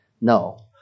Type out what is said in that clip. No